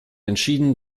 entschieden